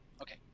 Okay